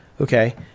okay